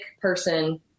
person